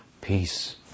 Peace